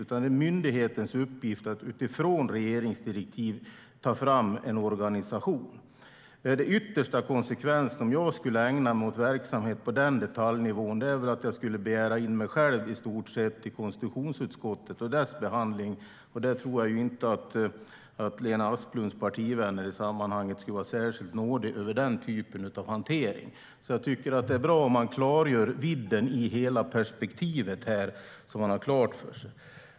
Det är myndighetens uppgift att utifrån regeringsdirektiv ta fram en organisation. Den yttersta konsekvensen, om jag skulle ägna mig åt verksamhet på den detaljnivån, är väl att jag i stort sett skulle begära in mig själv till konstitutionsutskottet och dess behandling. Där tror jag inte att Lena Asplunds partivänner skulle vara särskilt nådiga mot mig i fråga om den typen av hantering. Jag tycker att det är bra om man klargör vidden i hela perspektivet, så att man har detta klart för sig.